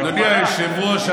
אדוני היושב-ראש,